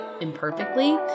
imperfectly